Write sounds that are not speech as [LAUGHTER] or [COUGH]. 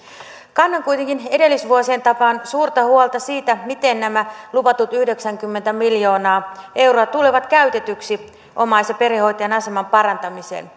kannan kuitenkin edellisvuosien tapaan suurta huolta siitä miten nämä luvatut yhdeksänkymmentä miljoonaa euroa tulevat käytetyiksi omais ja perhehoitajien aseman parantamiseen [UNINTELLIGIBLE]